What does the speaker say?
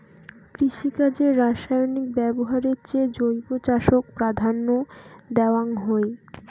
কৃষিকাজে রাসায়নিক ব্যবহারের চেয়ে জৈব চাষক প্রাধান্য দেওয়াং হই